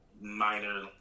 minor